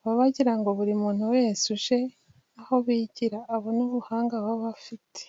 baba bagira ngo buri muntu wese uje aho bigira abone ubuhanga baba bafite.